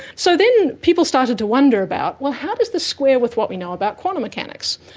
so then people started to wonder about, well, how does this square with what we know about quantum mechanics?